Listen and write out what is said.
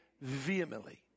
vehemently